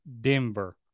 Denver